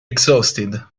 exhausted